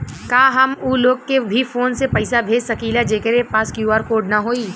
का हम ऊ लोग के भी फोन से पैसा भेज सकीला जेकरे पास क्यू.आर कोड न होई?